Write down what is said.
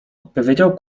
odpowiedział